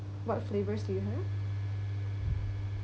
what flavors do you have